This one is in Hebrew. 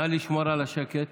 נא לשמור על השקט